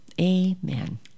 amen